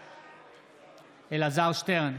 בעד אלעזר שטרן,